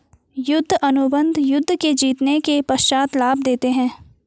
युद्ध अनुबंध युद्ध के जीतने के पश्चात लाभ देते हैं